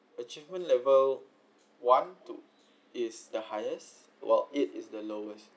achievement level one to is the highest while eight is the lowest